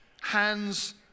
Hands